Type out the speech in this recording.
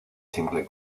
simple